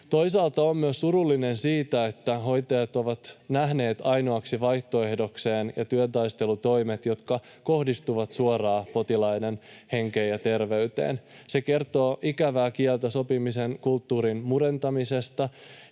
Toisaalta olen myös surullinen siitä, että hoitajat ovat nähneet ainoaksi vaihtoehdokseen ne työtaistelutoimet, jotka kohdistuvat suoraan potilaiden henkeen ja terveyteen. Se kertoo ikävää kieltä sopimisen kulttuurin murentamisesta,